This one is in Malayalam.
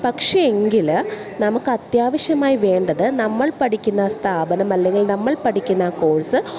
പക്ഷെ എങ്കിൽ നമുക്ക് അത്യാവശ്യമായി വേണ്ടത് നമ്മൾ പഠിക്കുന്ന സ്ഥാപനം അല്ലെങ്കിൽ നമ്മൾ പഠിക്കുന്ന കോഴ്സ്